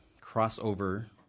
crossover